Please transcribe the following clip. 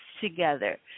together